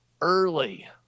early